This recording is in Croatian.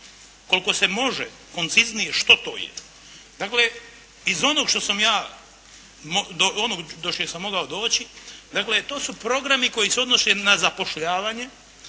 koliko se može konciznije što to je. Dakle, iz onog što sam ja, onog do čega sam mogao doći, dakle to su programi koji se odnose na zapošljavanje,